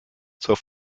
zur